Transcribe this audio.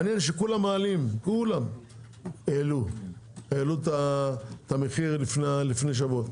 מעניין שכולם העלו את המחיר לפני שבועות.